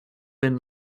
been